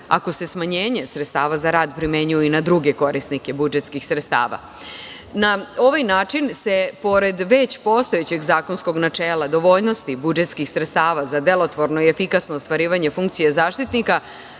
ako se smanjenje sredstava za rad primenjuje i na druge korisnike budžetskih sredstava. Na ovaj način se, pored već postojećeg zakonskog načela dovoljnosti budžetskih sredstava za delotvorno i efikasno ostvarivanje funkcije Zaštitnika,